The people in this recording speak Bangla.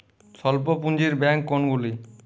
স্বল্প পুজিঁর ব্যাঙ্ক কোনগুলি?